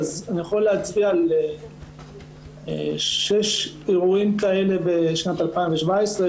אני יכול להצביע על שישה אירועים כאלה בשנת 2017,